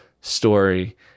story